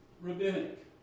Rabbinic